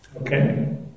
Okay